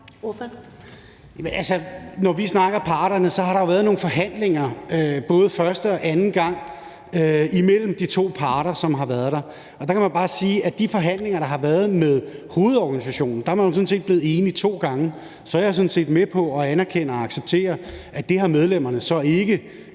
når vi snakker om parterne, handler det jo om, at der har været nogle forhandlinger, både første og anden gang, imellem de to parter. Og der kan man bare sige, at i de forhandlinger, der har været med hovedorganisationen, er man jo sådan set blevet enige to gange. Så er jeg sådan set med på og anerkender og accepterer, at det har medlemmerne så ikke